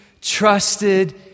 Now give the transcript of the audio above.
trusted